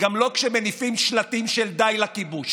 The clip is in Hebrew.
וגם לא כשמניפים שלטים של "די לכיבוש".